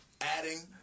Adding